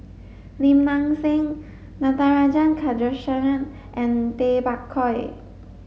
Lim Nang Seng Natarajan Chandrasekaran and Tay Bak Koi